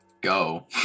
go